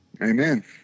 Amen